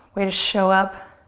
way to show up.